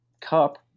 cup